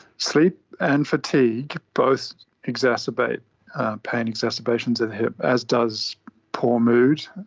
sleep and fatigue both exacerbate pain exacerbations of the hip, as does poor mood,